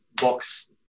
box